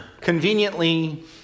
conveniently